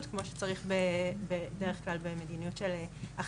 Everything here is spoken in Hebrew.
כמו שצריך בדרך כלל במדיניות של אכיפה.